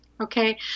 okay